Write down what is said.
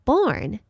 Born